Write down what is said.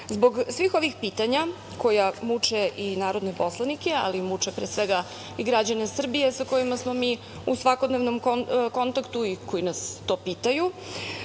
svih ovih pitanja koja muče i narodne poslanike, ali muče i građane Srbije sa kojima smo mi u svakodnevnom kontaktu i koji nas to pitaju,